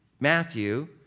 Matthew